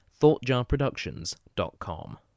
thoughtjarproductions.com